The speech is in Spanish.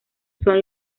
son